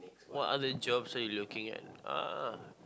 what other jobs are you looking at ah